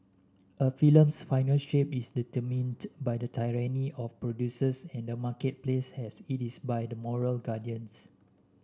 a film's final shape is determined by the tyranny of producers and the marketplace as it is by the moral guardians